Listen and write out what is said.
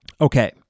Okay